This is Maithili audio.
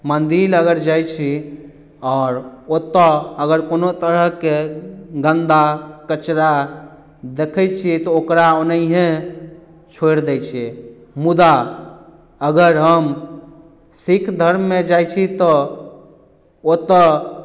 मन्दिर अगर जाइत छी आओर ओतय अगर कोनो तरहके गन्दा कचरा देखैत छियै तऽ ओकरा ओनाहिए छोड़ि दैत छियै मुदा अगर हम सिक्ख धर्ममे जाइत छी तऽ ओतय